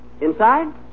Inside